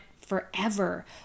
forever